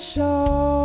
Show